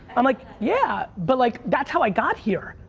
i'm like, yeah, but like that's how i got here.